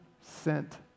sent